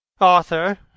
Arthur